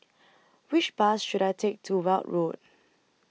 Which Bus should I Take to Weld Road